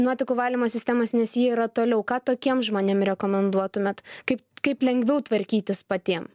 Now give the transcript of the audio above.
nuotekų valymo sistemos nes ji yra toliau ką tokiem žmonėm rekomenduotumėt kaip kaip lengviau tvarkytis patiem